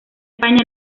españa